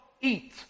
eat